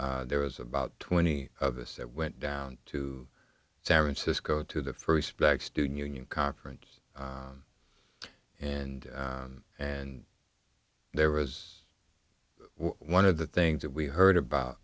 there was about twenty of us that went down to san francisco to the first black student union conference and and there was one of the things that we heard about